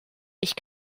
ich